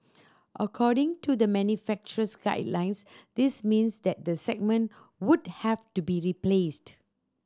according to the manufacturer's guidelines this means that the segment would have to be replaced